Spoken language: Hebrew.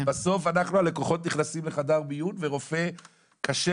בסוף אנחנו הלקוחות נכנסים לחדר מיון ורופא קשה